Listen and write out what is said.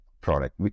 product